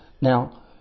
Now